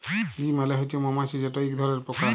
bee মালে হছে মমাছি যেট ইক ধরলের পকা